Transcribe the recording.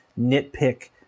nitpick